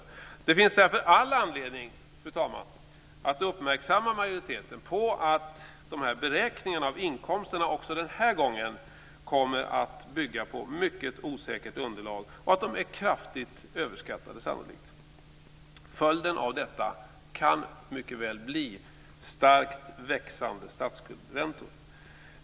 Därför finns det all anledning, fru talman, att uppmärksamma majoriteten på att beräkningarna av inkomsterna också den här gången kommer att bygga på mycket osäkert underlag och att de sannolikt är mycket kraftigt överskattade. Följden av detta kan mycket väl bli starkt växande statsskuldsräntor.